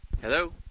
Hello